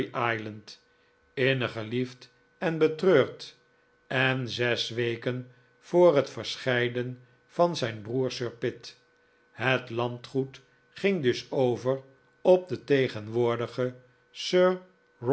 innig geliefd en betreurd en zes weken voor het verscheiden van zijn broer sir pitt het landgoed ging dus over op den tegenwoordigen sir